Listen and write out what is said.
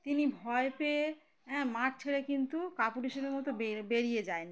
তিনি ভয় পেয়ে হ্যাঁ মাঠ ছেড়ে কিন্তু কাপুরুষের মতো বে বেরিয়ে যায়নি